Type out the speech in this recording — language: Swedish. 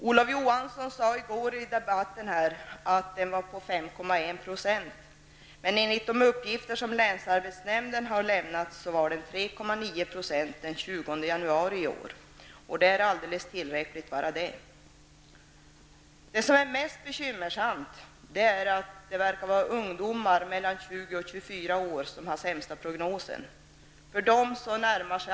Olof Johansson sade i går i debatten att den var 5,1 %, men enligt de uppgifter som länsarbetsnämnden har lämnat så var arbetslösheten 3,9 % den 20 januari i år. Det är alldeles tillräckligt. Det som är mest bekymmersamt är att det verkar vara ungdomar mellan 20 och 24 år som har sämsta prognosen.